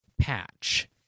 Patch